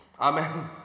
Amen